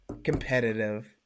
Competitive